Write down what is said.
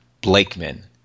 Blakeman